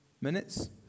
minutes